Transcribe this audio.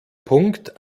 punkt